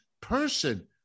Person